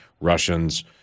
Russians—